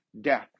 death